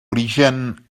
origen